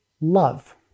love